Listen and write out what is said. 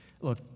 Look